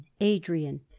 Adrian